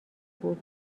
بود